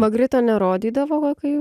magrito nerodydavo kai